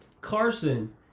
Carson